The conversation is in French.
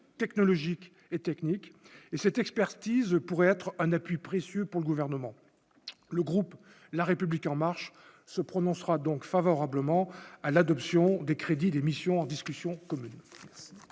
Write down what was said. technologiques et techniques et cette expertise pourrait être un appui précieux pour le gouvernement. Le groupe, la République en marche se prononcera donc favorablement à l'adoption des crédits d'émissions en discussion commune.